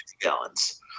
gallons